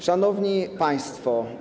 Szanowni Państwo!